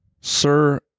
Sir